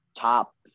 top